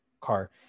car